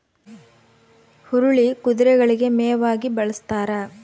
ಹುರುಳಿ ಕುದುರೆಗಳಿಗೆ ಮೇವಾಗಿ ಬಳಸ್ತಾರ